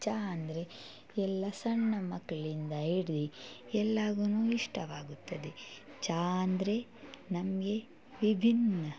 ಈ ಚಹ ಅಂದರೆ ಎಲ್ಲ ಸಣ್ಣ ಮಕ್ಳಿಂದ ಹಿಡ್ದು ಎಲ್ಲಾಗುನೂ ಇಷ್ಟವಾಗುತ್ತದೆ ಚಹ ಅಂದರೆ ನಮಗೆ ವಿಭಿನ್ನ